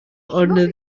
under